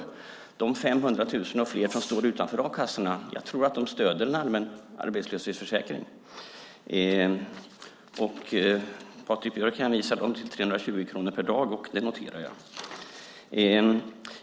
Jag tror att de 500 000 och fler som står utanför a-kassorna stöder en allmän arbetslöshetsförsäkring. Patrik Björck hänvisar dem till 320 kronor per dag. Det noterar jag.